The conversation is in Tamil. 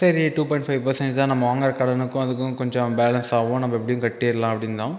சரி டூ பாய்ண்ட் ஃபைவ் பர்சன்டேஜ் தான் நம்ம வாங்கற கடனுக்கும் அதுக்கும் கொஞ்சோம் பேலன்ஸாகும் நம்ம எப்படியும் கட்டிடலாம் அப்படிந்தோம்